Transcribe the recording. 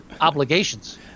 Obligations